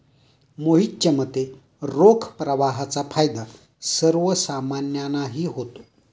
मोहितच्या मते, रोख प्रवाहाचा फायदा सर्वसामान्यांनाही होतो